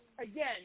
again